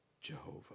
Jehovah